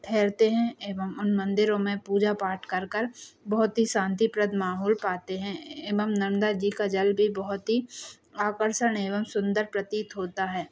ठहरते हैं एवं उन मंदिरों में पूजा पाठ करकर बहुत ही शान्तिप्रद माहौल पाते हैं एवं नंदा जी का जल भी बहुत ही आकर्सण एवं सुंदर प्रतीत होता है